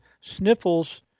sniffles